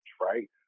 right